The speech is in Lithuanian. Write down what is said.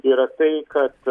yra tai kad